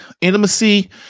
intimacy